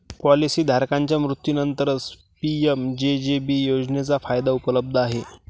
policy धारकाच्या मृत्यूनंतरच PMJJB योजनेचा फायदा उपलब्ध आहे